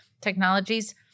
technologies